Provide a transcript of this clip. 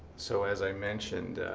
so as i mentioned,